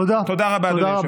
תודה רבה, אדוני היושב-ראש.